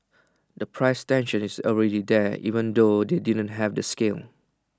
the price tension is already there even though they didn't have the scale